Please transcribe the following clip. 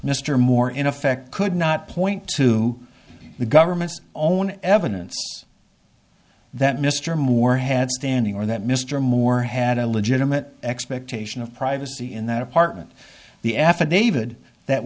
mr moore in effect could not point to the government's own evidence that mr moore had standing or that mr moore had a legitimate expectation of privacy in that apartment the affidavit that